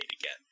again